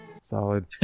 Solid